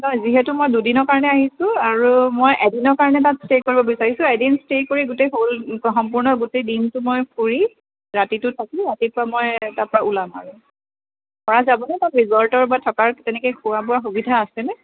যিহেতু মই দুদিনৰ কাৰণে আহিছোঁ আৰু মই এদিনৰ কাৰণে তাত ষ্টে' কৰিব বিচাৰিছোঁ এদিন ষ্টে' কৰি গোটেই হোল সম্পূৰ্ণ গোটেই দিনটো মই ফুৰি ৰাতিটো থাকি ৰাতিপুৱা মই তাপা ওলাম আৰু পৰা যাবনে তাৰ ৰিজৰ্টৰ বা থকাৰ তেনেকৈ খোৱা বোৱা সুবিধা আছেনে